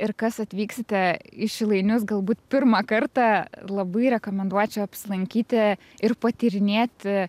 ir kas atvyksite į šilainius galbūt pirmą kartą labai rekomenduočiau apsilankyti ir patyrinėti